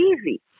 easy